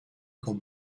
con